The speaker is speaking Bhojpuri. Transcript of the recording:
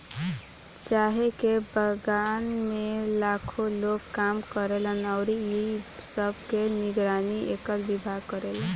चाय के बगान में लाखो लोग काम करेलन अउरी इ सब के निगरानी एकर विभाग करेला